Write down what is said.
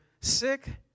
sick